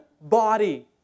body